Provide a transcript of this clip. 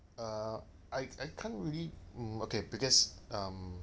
uh I I can't really mm okay because um